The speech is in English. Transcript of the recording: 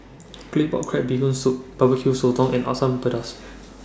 Claypot Crab Bee Hoon Soup Barbecue Sotong and Asam Pedas